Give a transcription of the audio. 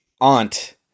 aunt